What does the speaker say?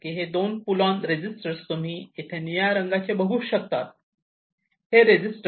हे आहे 2 pull on register तुम्ही इथे हे निळ्या रंगाचे बघू शकता हे रजिस्टर